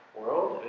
world